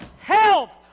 health